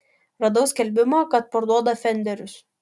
radau skelbimą kad parduoda fenderius